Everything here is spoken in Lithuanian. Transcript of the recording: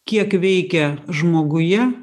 kiek veikia žmoguje